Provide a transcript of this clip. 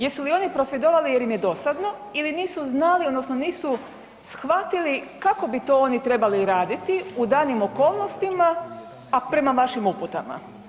Jesu li oni prosvjedovali jer im je dosadno ili nisu znali odnosno nisu shvatili kako bi to oni trebali raditi u danim okolnostima, a prema vašim uputama?